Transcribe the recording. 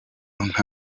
nka